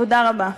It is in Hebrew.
תודה רבה.